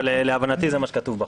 אבל להבנתי זה מה שכתוב בחוק.